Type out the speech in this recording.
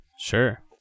sure